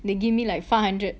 they give me like five hundred